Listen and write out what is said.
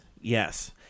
Yes